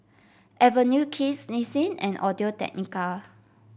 Avenue Kids Nissin and Audio Technica